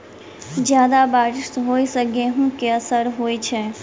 जियादा बारिश होइ सऽ गेंहूँ केँ असर होइ छै?